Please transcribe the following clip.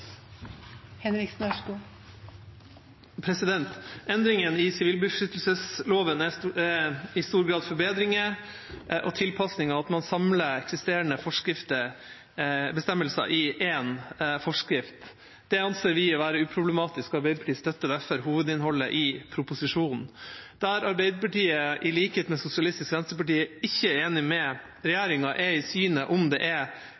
Endringene i sivilbeskyttelsesloven er i stor grad forbedringer og tilpasninger, og at man samler eksisterende bestemmelser i én forskrift. Det anser vi å være uproblematisk, og Arbeiderpartiet støtter derfor hovedinnholdet i proposisjonen. Der Arbeiderpartiet, i likhet med Sosialistisk Venstreparti, ikke er enig med regjeringa, er i synet på om det er